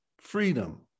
freedom